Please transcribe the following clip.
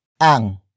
ang